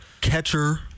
catcher